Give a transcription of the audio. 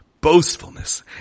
boastfulness